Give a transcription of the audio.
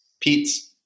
Pete's